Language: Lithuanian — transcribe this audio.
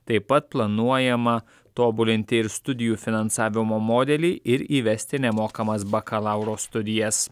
taip pat planuojama tobulinti ir studijų finansavimo modelį ir įvesti nemokamas bakalauro studijas